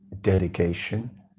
dedication